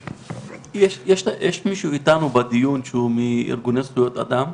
יש מישהו מאיתנו שהוא בדיון והוא מטעם ארגוני זכויות אדם?